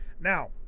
now